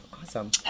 awesome